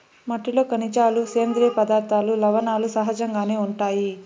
మట్టిలో ఖనిజాలు, సేంద్రీయ పదార్థాలు, లవణాలు సహజంగానే ఉంటాయి